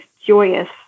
joyous